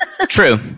True